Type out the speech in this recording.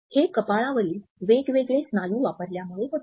हे कपाळावरील वेगवेगळे स्नायू वापरल्यामुळे होते